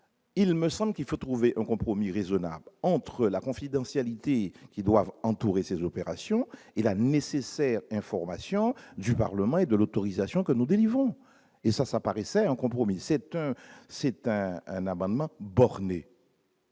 il me semble qu'il faut trouver un compromis raisonnable entre la confidentialité qui doivent entourer ces opérations et la nécessaire information du Parlement et de l'autorisation que nous délivrons et ça, ça paraissait en compromis, c'est un un amendement borné.